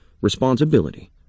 responsibility